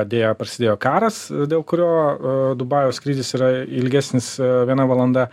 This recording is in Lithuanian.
deja prasidėjo karas dėl kurio dubajaus skrydis yra ilgesnis viena valanda